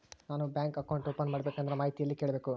ನಾನು bank account open ಮಾಡಬೇಕಂದ್ರ ಮಾಹಿತಿ ಎಲ್ಲಿ ಕೇಳಬೇಕು?